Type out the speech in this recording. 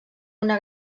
una